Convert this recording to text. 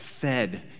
fed